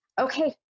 Okay